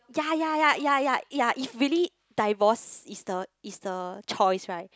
ya ya ya ya ya ya if really divorce is the is the choice right